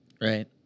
Right